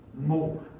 more